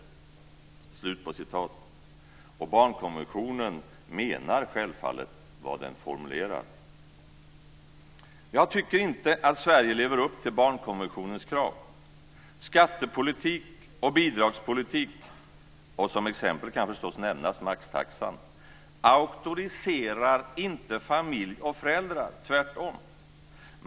Barnkonventionen menar självfallet vad den formulerar. Jag tycker inte att Sverige lever upp till barnkonventionens krav. Skattepolitik och bidragspolitik, som exempel kan förstås nämnas maxtaxan, auktoriserar inte familj och föräldrar - tvärtom.